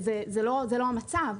זה לא המצב,